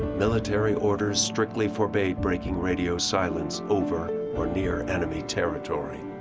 military orders strictly forbade breaking radio silence over or near enemy territory.